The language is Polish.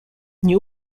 nie